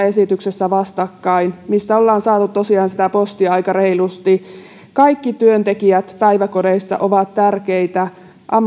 esityksessä vastakkain mistä ollaan saatu tosiaan sitä postia aika reilusti kaikki työntekijät päiväkodeissa ovat tärkeitä